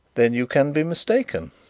then you can be mistaken,